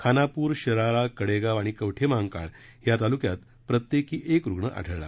खानापूर शिराळा कडेगाव आणि कवठे महांकाळ या तालुक्यात प्रत्येकी एक रुग्ण आढळला